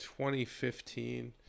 2015